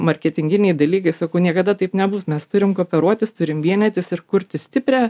marketinginiai dalykai sakau niekada taip nebus mes turim kooperuotis turim vienytis ir kurti stiprią